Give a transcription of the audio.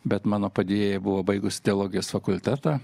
bet mano padėjėja buvo baigus teologijos fakultetą